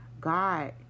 God